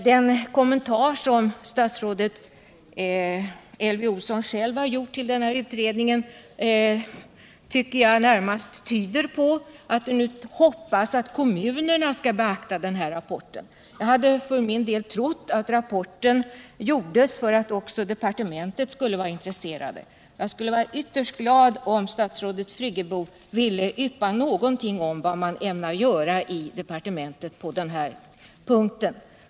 Den kommentar som statsrådet Elvy Olsson gjort till den här rapporten tycker jag närmast tyder på att hon hoppas att kommunerna skall beakta rapporten. Jag hade för min del trott att rapporten skulle intressera även departementet. Jag skulle bli ytterst glad om statsrådet Friggebo ville yppa någonting av vad man ämnar göra i departementet på den här punkten.